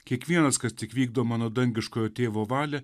kiekvienas kas tik vykdo mano dangiškojo tėvo valią